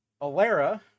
Alara